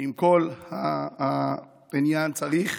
שעם כל העניין צריך